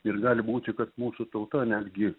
ir gali būti kad mūsų tauta netgi